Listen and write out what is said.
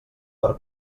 per